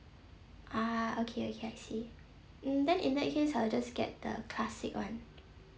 ah okay okay I see in then in that case I'll just get the classic one